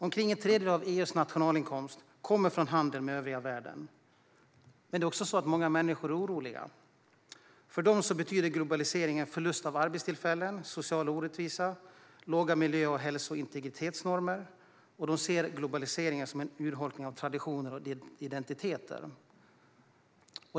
Omkring en tredjedel av EU:s nationalinkomster kommer från handel med övriga världen. Men många människor är också oroliga. För dem betyder globaliseringen förlust av arbetstillfällen, social orättvisa, låga miljö-, hälso och integritetsnormer. De ser globaliseringen som en urholkning av traditioner och identiteter.